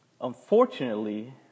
unfortunately